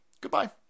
Goodbye